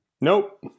Nope